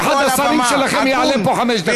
אפשרות, כשאחד השרים שלכם יעלה פה חמש דקות.